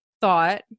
thought